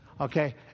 Okay